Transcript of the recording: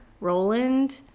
Roland